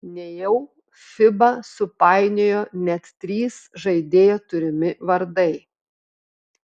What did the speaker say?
nejau fiba supainiojo net trys žaidėjo turimi vardai